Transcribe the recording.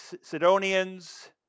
Sidonians